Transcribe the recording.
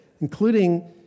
including